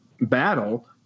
battle